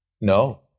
No